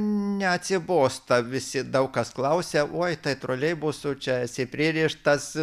neatsibosta visi daug kas klausia oi tai troleibusu čia esi pririštas